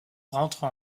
rentre